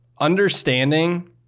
understanding